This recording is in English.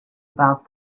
about